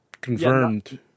confirmed